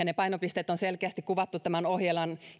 ne painopisteet on selkeästi kuvattu tämän ohjelman